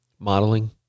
Modeling